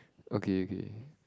okay okay